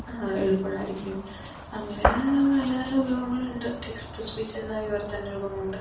എളുപ്പമുള്ളതായിരിക്കും അങ്ങനെ നല്ല നല്ല ഉപയോഗങ്ങൾ ഉണ്ട് ടെക്സ്റ്റ് ടു സ്പീച്ച് എന്ന വിവർത്തന രൂപം കൊണ്ട്